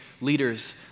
leaders